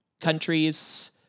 countries